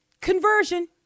conversion